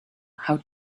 how